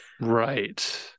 Right